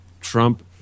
Trump